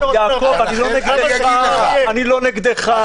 יעקב, אני לא נגדך.